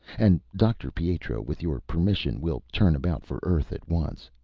and, dr. pietro, with your permission, we'll turn about for earth at once.